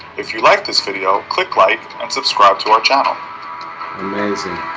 if you liked this video click like and subscribe to our channel amazing